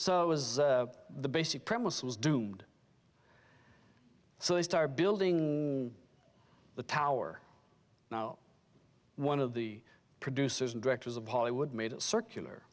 so was the basic premise was doomed so they start building the tower now one of the producers and directors of hollywood made a circular